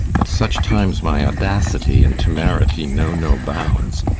at such times my audacity and temerity know no bounds.